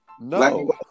No